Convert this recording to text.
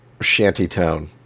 shantytown